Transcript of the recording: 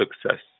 success